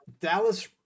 Dallas